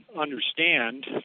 understand